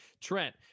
Trent